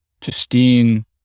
Justine